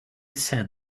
said